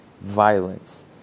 violence